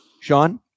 Sean